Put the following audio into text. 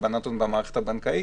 של הלבנת הון במערכת הבנקאית,